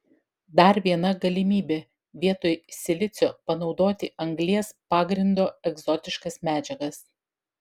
dar viena galimybė vietoj silicio panaudoti anglies pagrindo egzotiškas medžiagas